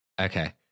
Okay